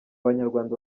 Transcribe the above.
banyarwanda